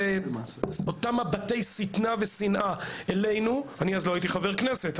אותם מבטי שטנה ושנאה אלינו -- אני אז לא הייתי חבר כנסת,